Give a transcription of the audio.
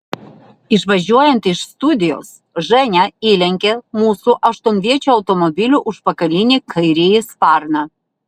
išvažiuojant iš studijos ženia įlenkė mūsų aštuonviečio automobilio užpakalinį kairįjį sparną